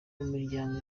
mumiryango